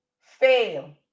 fail